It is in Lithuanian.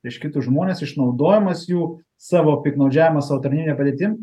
prieš kitus žmones išnaudojimas jų savo piktnaudžiavimas savo tarnybine padėtim